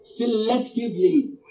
selectively